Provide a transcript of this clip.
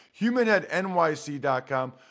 HumanHeadNYC.com